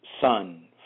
son